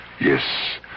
Yes